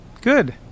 Good